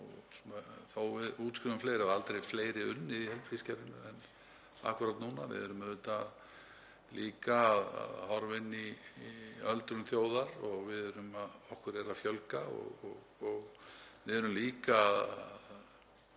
að við útskrifum fleiri og aldrei fleiri hafi unnið í heilbrigðiskerfinu en akkúrat núna. Við erum auðvitað líka að horfa fram á öldrun þjóðar og okkur er að fjölga og við erum líka að